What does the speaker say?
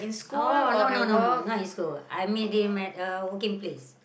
oh no no no no not in school I meet him at a working place